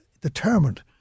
determined